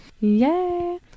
Yay